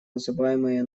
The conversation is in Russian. называемые